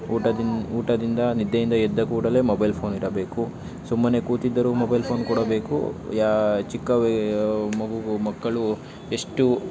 ಊಟದಿಂದ ಊಟದಿಂದ ನಿದ್ದೆಯಿಂದ ಎದ್ದ ಕೂಡಲೇ ಮೊಬೈಲ್ ಫೋನ್ ಇರಬೇಕು ಸುಮ್ಮನೆ ಕೂತಿದ್ದರೂ ಮೊಬೈಲ್ ಫೋನ್ ಕೊಡಬೇಕು ಯಾ ಚಿಕ್ಕ ವಿ ಮಗುಗೂ ಮಕ್ಕಳು ಎಷ್ಟು